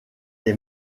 est